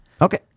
Okay